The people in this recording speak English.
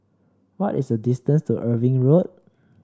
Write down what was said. what is the distance to Irving Road